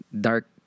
Dark